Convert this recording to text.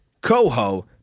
coho